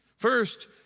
First